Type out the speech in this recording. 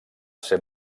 ser